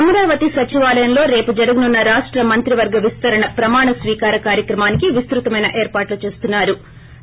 అమరావతి సచివాలయంలో రేపు జరగనున్న రాష్ట మంత్రివర్గ విస్తరణ ప్రమాణ స్వీకార కార్యక్రమానికి విస్తుతమైన ఏర్పాటు చేస్తున్నరు